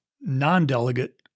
non-delegate